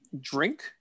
drink